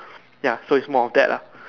ya so it's more of that lah